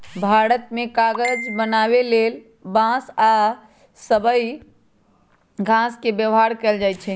भारत मे कागज बनाबे लेल बांस आ सबइ घास के व्यवहार कएल जाइछइ